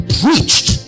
preached